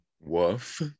Woof